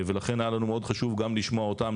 ולכן היה לנו מאוד חשוב גם לשמוע אותם,